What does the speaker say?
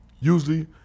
Usually